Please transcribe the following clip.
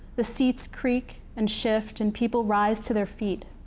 the seats creak, and shift, and people rise to their feet.